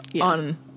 on